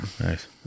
Nice